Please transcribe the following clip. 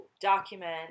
document